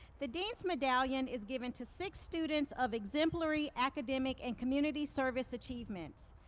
the dean's medallion is given to six students of exemplary academic and community service achievements.